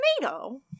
tomato